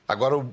Agora